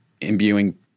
imbuing